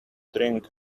drink